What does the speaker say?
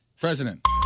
President